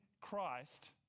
Christ